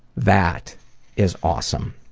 that is awesome!